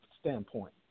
standpoint